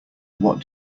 what